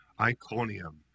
Iconium